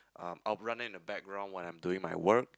um I'll run it in the background when I'm doing my work